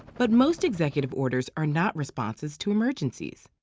but most executive orders are not responses to emergencies.